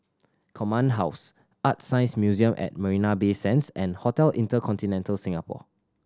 Command House ArtScience Museum at Marina Bay Sands and Hotel InterContinental Singapore